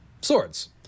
Swords